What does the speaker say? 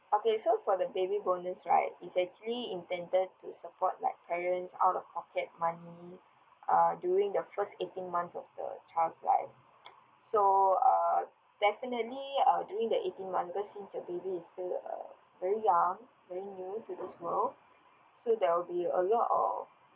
okay so for the baby bonus right is actually intended to support like parents out of pocket money uh during the first eighteen months of the child's lives so uh definitely during the eighteen months because since your baby is still uh very young very new to this world so that'll be a lot of